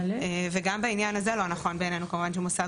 וגם בעניין הזה לא נכון בעינינו שמוסד